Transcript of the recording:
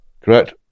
correct